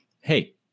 hey